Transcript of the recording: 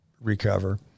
recover